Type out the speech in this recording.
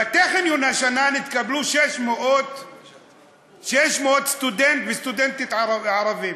לטכניון השנה התקבלו 600 סטודנטים וסטודנטיות ערבים.